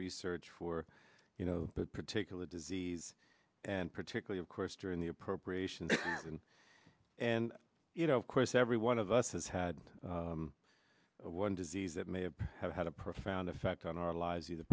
research for you know that particular disease and particularly of course during the appropriation and and you know of course every one of us has had one disease that may have had a profound effect on our lives either